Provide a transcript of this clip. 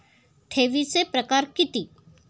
ठेवीचे प्रकार किती?